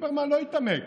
ליברמן לא התעמק,